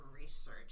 research